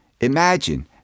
Imagine